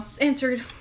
answered